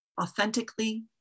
authentically